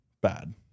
bad